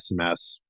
SMS